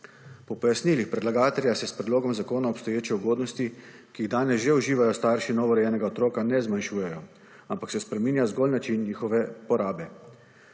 Po pojasnilih predlagatelja se s Predlogom zakona obstoječe ugodnosti, ki jih danes že uživajo starši novorojenega otroka, ne zmanjšujejo, ampak se spreminja zgolj način njihove porabe.